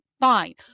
Fine